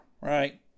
right